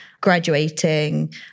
graduating